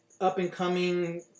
up-and-coming